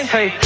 Hey